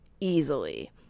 easily